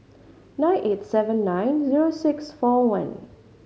nine eight seven nine zero six four one